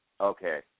Okay